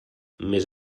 més